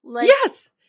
Yes